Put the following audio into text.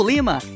Lima